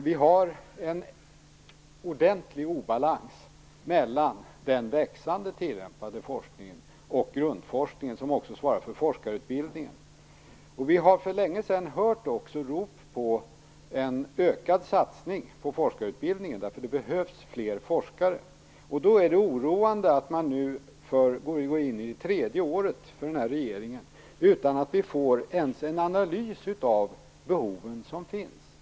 Vi har en ordentlig obalans mellan den växande tillämpade forskningen och grundforskningen, som också svarar för forskarutbildningen. Vi har för länge sedan också hört rop på en ökad satsning på forskarutbildningen, därför att det behövs fler forskare. Då är det oroande att den här regeringen går in på det tredje året utan att vi får ens en analys av de behov som finns.